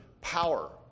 power